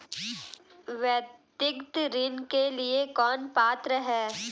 व्यक्तिगत ऋण के लिए कौन पात्र है?